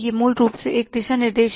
यह मूल रूप से एक दिशा निर्देश है